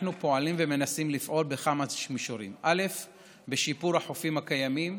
אנחנו פועלים ומנסים לפעול בכמה מישורים: בשיפור החופים הקיימים,